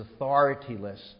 authorityless